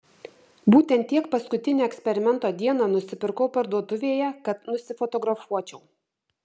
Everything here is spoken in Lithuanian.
būtent tiek paskutinę eksperimento dieną nusipirkau parduotuvėje kad nusifotografuočiau